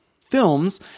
films